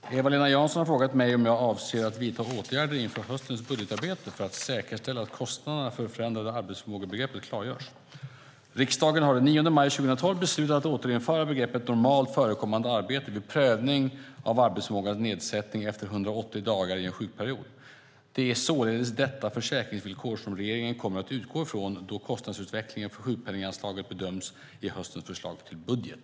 Fru talman! Eva-Lena Jansson har frågat mig om jag avser att vidta åtgärder inför höstens budgetarbete för att säkerställa att kostnaderna för det förändrade arbetsförmågebegreppet klargörs. Riksdagen har den 9 maj 2012 beslutat att återinföra begreppet normalt förekommande arbete vid prövning av arbetsförmågans nedsättning efter 180 dagar i en sjukperiod. Det är således detta försäkringsvillkor som regeringen kommer att utgå från då kostnadsutvecklingen för sjukpenninganslaget bedöms i höstens förslag till budget.